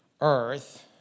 earth